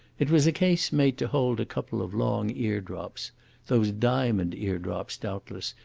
it was a case made to hold a couple of long ear-drops those diamond ear-drops, doubtless,